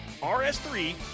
rs3